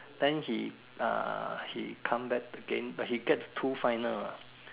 then he uh he come back again but he get two final ah